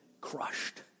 crushed